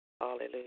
Hallelujah